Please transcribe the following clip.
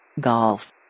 golf